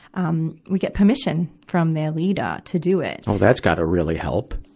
um, we get permission from their leader to do it. oh, that's gotta really help.